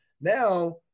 Now